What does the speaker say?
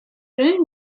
ruin